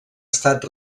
estat